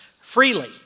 freely